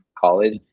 college